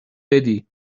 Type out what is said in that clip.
بدی